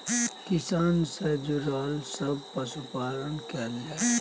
किसान से जुरल केना सब पशुपालन कैल जाय?